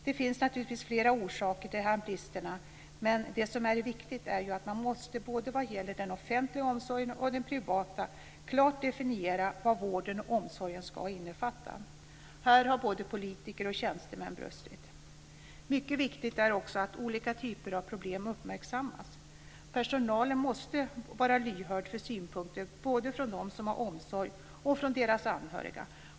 Det finns naturligtvis flera orsaker till de här bristerna. Men det som är viktigt är ju att man vad gäller både den offentliga omsorgen och den privata omsorgen klart måste definiera vad vården och omsorgen ska innefatta. Här har både politiker och tjänstemän brustit. Mycket viktigt är också att olika typer av problem uppmärksammas. Personalen måste vara lyhörd för synpunkter både från dem som har omsorg och från deras anhöriga.